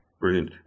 Brilliant